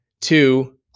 two